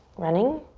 running?